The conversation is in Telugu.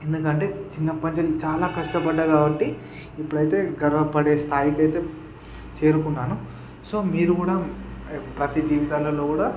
ఎందుకంటే చిన్నప్పటి నుంచి చాలా కష్టపడిన కాబట్టి ఇప్పుడైతే గర్వపడే స్థాయికయితే చేరుకున్నాను సో మీరు కూడా ప్రతి జీవితాలలో కూడా